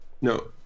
No